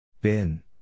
Bin